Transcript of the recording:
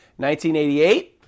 1988